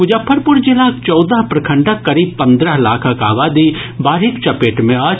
मुजफ्फरपुर जिलाक चौदह प्रखंडक करीब पंद्रह लाखक आबादी बाढ़िक चपेट मे अछि